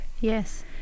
Yes